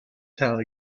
town